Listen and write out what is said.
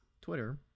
Twitter